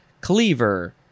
cleaver